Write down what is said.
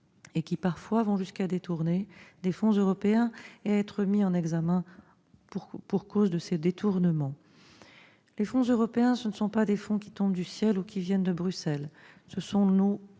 et qui parfois vont jusqu'à détourner des fonds européens et être mis en examen pour cela. Les fonds européens, ce ne sont pas des fonds qui tombent du ciel ou qui viennent de Bruxelles ; c'est notre